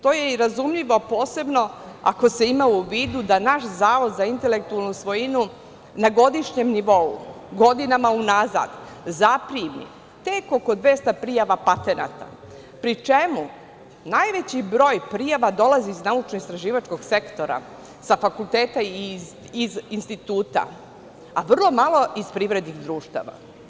To je i razumljivo, posebno ako se ima u vidu da naš Zavod za intelektualnu svojinu na godišnjem nivou godinama unazad zaprimi tek oko 200 prijava patenata, pri čemu najveći broj prijava dolazi iz naučno-istraživačkog sektora, sa fakulteta i iz instituta, a vrlo malo iz privrednih društava.